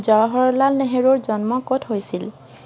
জৱাহৰলাল নেহৰুৰ জন্ম ক'ত হৈছিল